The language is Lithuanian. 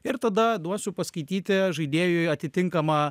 ir tada duosiu paskaityti žaidėjui atitinkamą